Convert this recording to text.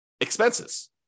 expenses